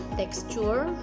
texture